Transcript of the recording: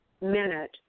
minute